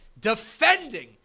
defending